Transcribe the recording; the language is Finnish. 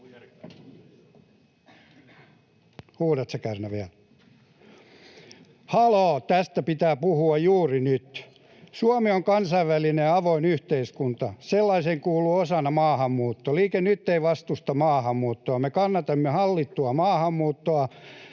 Huudatko, Kärnä, vielä? — Haloo, tästä pitää puhua juuri nyt. Suomi on kansainvälinen ja avoin yhteiskunta. Sellaiseen kuuluu osana maahanmuutto. Liike Nyt ei vastusta maahanmuuttoa. Me kannatamme hallittua maahanmuuttoa.